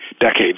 decades